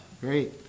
Great